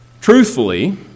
truthfully